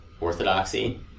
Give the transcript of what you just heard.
orthodoxy